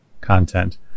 content